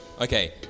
Okay